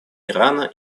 ирана